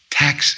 tax